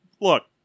look